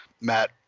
matt